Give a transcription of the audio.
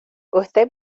usted